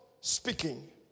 speaking